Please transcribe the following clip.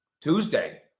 Tuesday